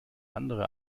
andere